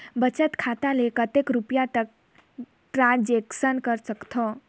बचत खाता ले कतेक रुपिया तक ट्रांजेक्शन कर सकथव?